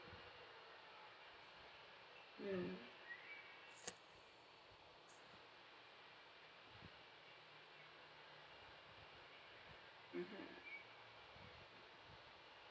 mm mm mm